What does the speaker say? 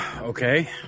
Okay